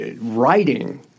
writing